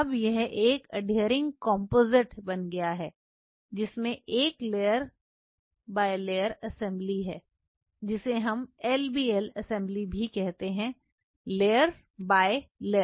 अब यह एक अडहियरिंग कंपोजिट बन गया है जिसमें एक लेयर बाय लेयर असेंबली है जिसे हम LBL असेंबली भी कहते हैं लेयर बाय लेयर